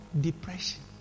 depression